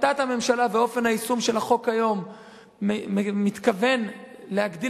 החלטת הממשלה ואופן היישום של החוק היום מתכוון להגדיל